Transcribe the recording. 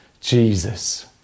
Jesus